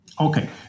Okay